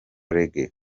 reggae